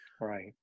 Right